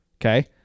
okay